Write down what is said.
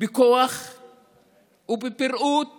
בכוח ובפראות